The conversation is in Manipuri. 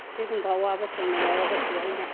ꯁꯤꯒꯨꯝꯕ ꯑꯋꯥꯕ ꯊꯦꯡꯅꯩ ꯍꯥꯏꯔꯒꯁꯨ ꯑꯩꯅ